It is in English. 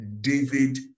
david